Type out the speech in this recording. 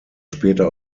später